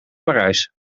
parijs